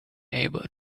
able